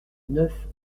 neuf